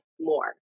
more